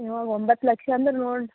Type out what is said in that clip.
ಇವಾಗ ಒಂಬತ್ತು ಲಕ್ಷ ಅಂದ್ರೆ ನೋಡಿ